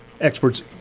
experts